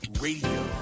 Radio